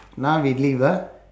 now we leave ah